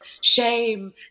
shame